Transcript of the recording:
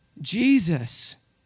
Jesus